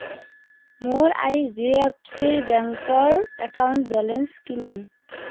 মোৰ এইচডিএফচি বেংকৰ account balance কিমান